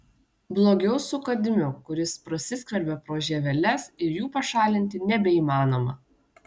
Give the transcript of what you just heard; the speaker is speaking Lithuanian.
blogiau su kadmiu kuris prasiskverbia pro žieveles ir jų pašalinti nebeįmanoma